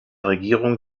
regierung